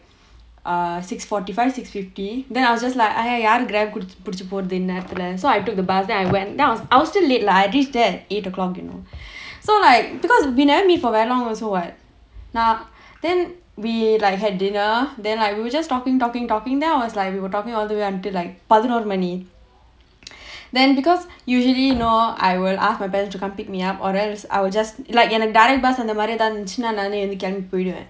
err six forty five six fifty then I was just like I யாரு:yaaru cab பிடிச்சு போறது இந்நேரத்துல:pidichu porathu innerathula so I took the bus then I went down I was still late lah I reach there at eight o'clock you know so like because we never meet for very long also [what] நான்:naan then we like had dinner then like we were just talking talking talking then I was like we were talking all the way until like பதினொரு மணி:pathinoru mani then because usually you know I will ask my parents to come pick me up or else I will just like a direct bus அந்த மாதிரி எதாவது இருந்துச்சுன்னா நானே எழுந்து கிளம்பி போயிருவேன்:antha maathiri ethaavathu irunthuchuna naane ezhunthu kilambi poiruvaen